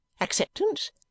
acceptance